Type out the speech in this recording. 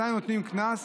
מתי נותנים קנס?